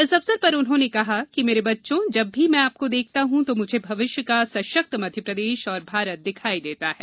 इस अवसर पर उन्होंने कहा कि मेरे बच्चों जब भी मैं आपको देखता हूं तो मुझे भविष्य का सशक्त मध्यप्रदेश और भारत दिखाई देता है